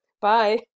Bye